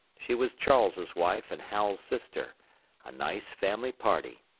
she was charles's wife and hal's sister a nice family party.